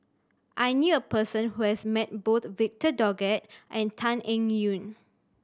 I knew a person who has met both Victor Doggett and Tan Eng Yoon